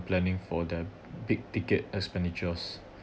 planning for their big ticket expenditures